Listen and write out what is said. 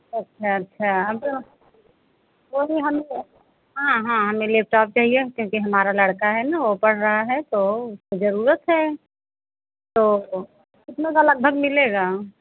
अच्छा अच्छा हम तो कोई हम हाँ हाँ हमें लेपटॉप चाहिए क्योंकि हमारा लड़का है ना वो पढ़ रहा है तो उसको ज़रूरत है तो कितने का लगभग मिलेगा